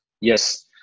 Yes